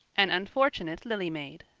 an unfortunate lily maid